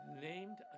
named